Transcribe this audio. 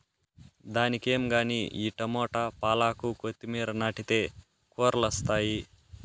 దానికేం గానీ ఈ టమోట, పాలాకు, కొత్తిమీర నాటితే కూరలొస్తాయి